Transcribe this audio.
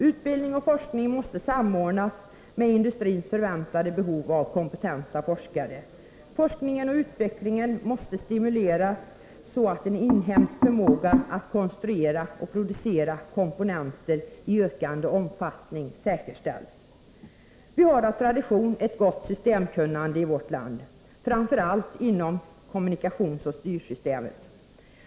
Utbildning och forskning måste samordnas med industrins förväntade behov av kompetenta forskare. Forskningen och utvecklingen måste stimuleras, så att en inhemsk förmåga att konstruera och producera komponenter i ökande omfattning säkerställs. Vi har av tradition ett gott systemkunnande i vårt land — framför allt inom kommunikationsoch styrsystemen.